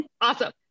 Awesome